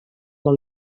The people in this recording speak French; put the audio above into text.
dans